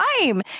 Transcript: time